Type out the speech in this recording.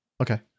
Okay